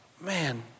Man